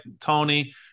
tony